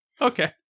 Okay